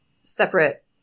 separate